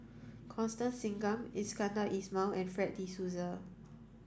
Constance Singam Iskandar Ismail and Fred de Souza